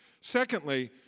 Secondly